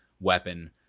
weapon